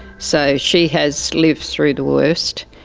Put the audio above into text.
so she has lived through the worst.